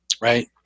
right